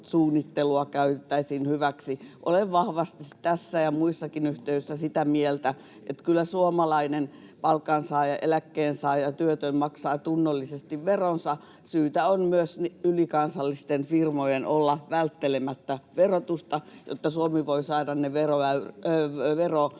verosuunnittelua käytettäisiin hyväksi. Olen vahvasti tässä ja muissakin yhteyksissä sitä mieltä, että kyllä suomalainen palkansaaja, eläkkeensaaja, työtön maksaa tunnollisesti veronsa. Syytä on myös ylikansallisten firmojen olla välttelemättä verotusta, jotta Suomi voi saada ne veroeuronsa,